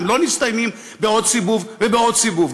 הם לא מסתיימים בעוד סיבוב ועוד סיבוב.